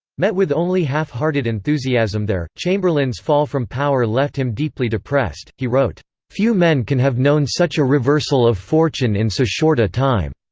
met with only half-hearted enthusiasm there chamberlain's fall from power left him deeply depressed he wrote, few men can have known such a reversal of fortune in so short a time.